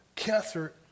Cancer